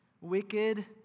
wicked